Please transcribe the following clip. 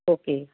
okay